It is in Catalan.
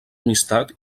amistat